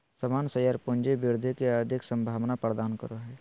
सामान्य शेयर पूँजी वृद्धि के अधिक संभावना प्रदान करो हय